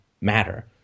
matter